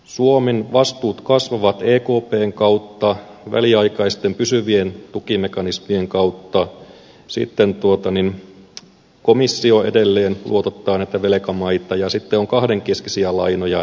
suomen vastuut kasvavat ekpn kautta väliaikaisten pysyvien tukimekanismien kautta sitten komissio edelleen luotottaa näitä velkamaita ja sitten on kahdenkeskisiä lainoja